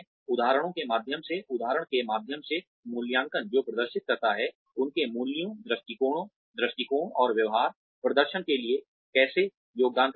उदाहरणों के माध्यम से उदाहरण के माध्यम से मूल्यांकन जो प्रदर्शित करता है उनके मूल्यों दृष्टिकोण और व्यवहार प्रदर्शन के लिए कैसे योगदान करते हैं